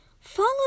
Follow